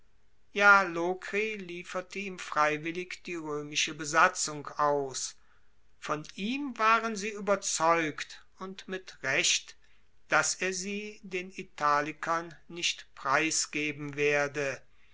ja lokri lieferte ihm freiwillig die roemische besatzung aus von ihm waren sie ueberzeugt und mit recht dass er sie den italikern nicht preisgeben werde